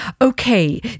Okay